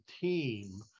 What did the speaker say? team